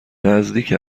نزدیک